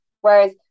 Whereas